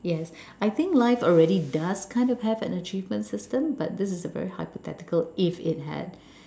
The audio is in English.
yes I think life already does kind of have an achievement system but this is a very hypothetical if it had